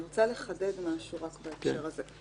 אני רוצה לחדד משהו בהקשר הזה.